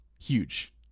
Huge